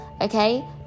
okay